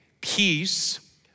peace